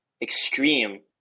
extreme